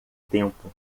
tempo